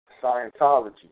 Scientology